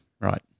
right